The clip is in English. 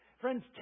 Friends